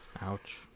Ouch